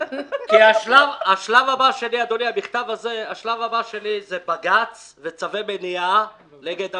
השלב הבא שלי זה בג"ץ וצווי מניעה נגד המדינה.